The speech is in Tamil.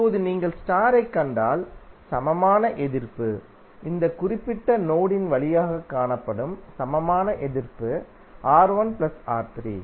இப்போது நீங்கள் ஸ்டார் ஐக் கண்டால் சமமான எதிர்ப்பு இந்த குறிப்பிட்ட நோடு ன் வழியாகக் காணப்படும் சமமான எதிர்ப்பு R 1 R 3